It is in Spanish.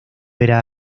era